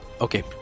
Okay